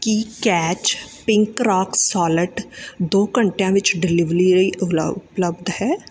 ਕੀ catch pink rock salt ਦੋ ਘੰਟਿਆਂ ਵਿੱਚ ਡਿਲੀਵਲੀ ਲਈ ਉਪਲਾਓ ਉਪਲੱਬਧ ਹੈ